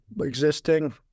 Existing